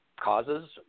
causes